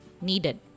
needed